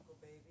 Baby